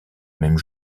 même